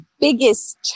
biggest